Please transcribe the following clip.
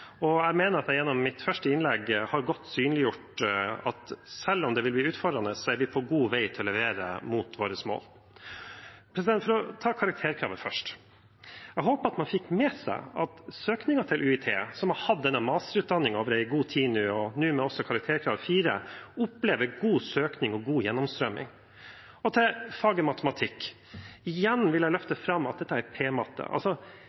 nevnt. Jeg mener at jeg i mitt første innlegg har godt synliggjort at selv om det vil bli utfordrende, er vi på god vei til å levere mot målet vårt. For å ta karakterkravet først: Jeg håpet at man har fått med seg at UiT, som har hatt den masterutdanningen i lang tid og nå også med karakterkravet 4, opplever god søkning og god gjennomstrømming. Til faget matematikk: Igjen vil jeg